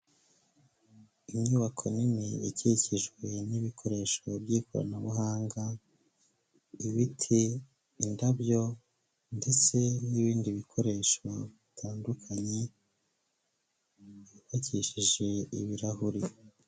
Inyubako nini ikikijwe n'ibikoresho by'ikoranabuhanga, ibiti, indabyo ndetse n'ibindi bikoresho bitandukanye, yubakishije ibirahuri.